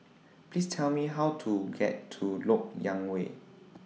Please Tell Me How to get to Lok Yang Way